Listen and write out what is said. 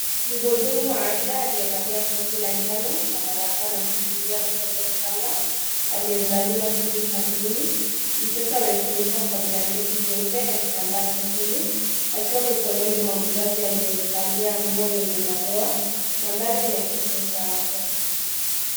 Muhudumu wa afya aliyevalia koti la njano anamhudumia mtoto mchanga aliyezaliwa ivi karibuni mtoto amefunikwa kwa blanketi jeupe na kitambaa chekundu, akiwa mikononi mwa mzazi aliyevalia nguo yenye madoa madhaari ni ya kituo cha afya.